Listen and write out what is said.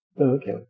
Okay